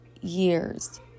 years